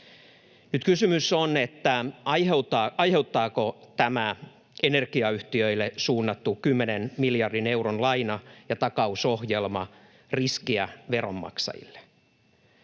Nyt kysymys on, aiheuttaako energiayhtiöille suunnattu kymmenen miljardin euron laina- ja takausohjelma riskiä veronmaksajille.